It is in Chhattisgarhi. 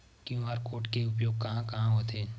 क्यू.आर कोड के उपयोग कहां कहां होथे?